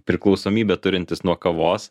priklausomybę turintis nuo kavos